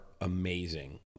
amazing